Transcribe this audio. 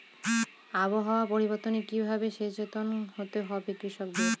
আবহাওয়া পরিবর্তনের কি ভাবে সচেতন হতে হবে কৃষকদের?